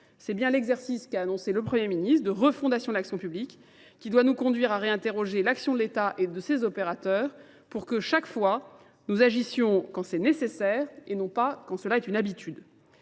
C'est bien l'exercice qu'a annoncé le Premier ministre de refondation de l'action publique qui doit nous conduire à réinterroger l'action de l'État et de ses opérateurs pour que, chaque fois, nous agissions quand c'est nécessaire et non pas quand cela est une habitude.